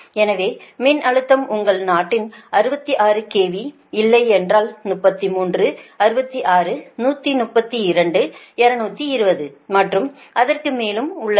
எனவே மின்னழுத்தம் உங்கள் நாட்டில் 66 KV இல்லை என்றால் 33 66 132 220 மற்றும் அதற்கு மேலும் உள்ளது